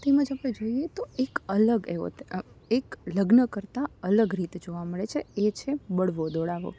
તેમજ આપણે જોઈએ તો એક અલગ એવો એક લગ્ન કરતાં અલગ રીતે જોવા મળે છે એ છે બળવો દોડાવવો